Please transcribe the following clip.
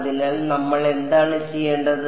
അതിനാൽ നമ്മൾ എന്താണ് ചെയ്യേണ്ടത്